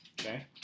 Okay